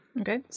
Okay